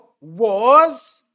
wars